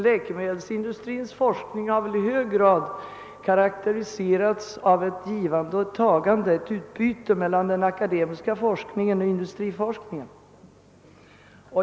Läkemedelsindustrins forskning har väl i hög grad karakteriserats av ett givande och tagande, ett utbyte mellan den akademiska forskningen och industriforskningen.